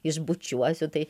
išbučiuosiu tai